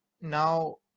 now